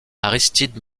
aristide